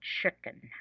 chicken